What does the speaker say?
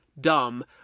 dumb